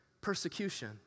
persecution